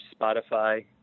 Spotify